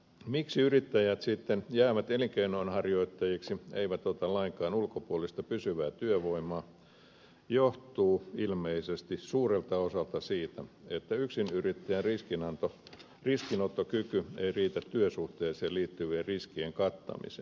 miksi yrittäjät sitten jäävät elinkeinonharjoittajiksi eivät ota lainkaan ulkopuolista pysyvää työvoimaa johtuu ilmeisesti suurelta osalta siitä että yksinyrittäjän riskinottokyky ei riitä työsuhteeseen liittyvien riskien kattamiseen